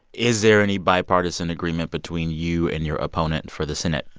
is there any bipartisan agreement between you and your opponent for the senate,